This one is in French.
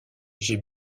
j’ai